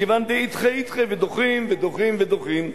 וכיוון דאידחי אידחי ודוחים ודוחים ודוחים,